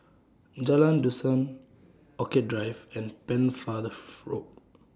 Jalan Dusan Orchid Drive and Pennefather Road